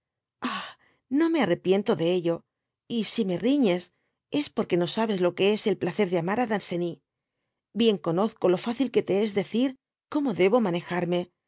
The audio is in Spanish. no me arrepiento de ello y si me riñes es porque no sabes lo que es el placer de amar á danceny bien conoajco lo fácil que te es decir como debo manejarme